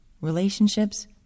Relationships